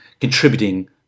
contributing